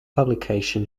publication